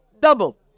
double